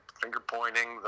finger-pointing